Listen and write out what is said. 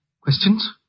Questions